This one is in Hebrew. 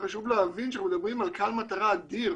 חשוב להבין שאנחנו מדברים על קהל מטרה אדיר